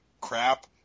crap